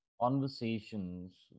conversations